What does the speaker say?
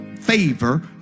favor